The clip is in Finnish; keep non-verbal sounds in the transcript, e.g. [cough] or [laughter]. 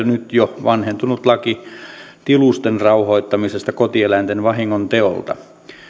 [unintelligible] nyt jo vanhentunut laki tilusten rauhoittamisesta kotieläinten vahingonteolta